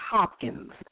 Hopkins